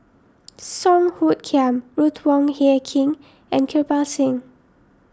Song Hoot Kiam Ruth Wong Hie King and Kirpal Singh